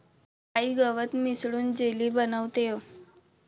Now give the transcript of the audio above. आई गवत मिसळून जेली बनवतेय